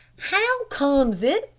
how comes it,